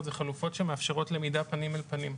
זה חלופות שמאפשרות למידה פנים אל פנים.